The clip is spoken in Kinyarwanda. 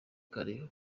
kare